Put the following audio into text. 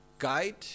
Guide